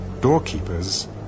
doorkeepers